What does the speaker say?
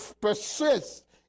persist